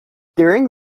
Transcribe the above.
during